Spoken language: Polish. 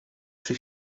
przy